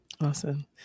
Awesome